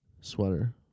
sweater